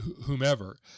whomever